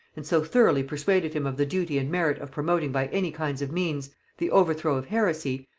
and so thoroughly persuaded him of the duty and merit of promoting by any kind of means the overthrow of heresy,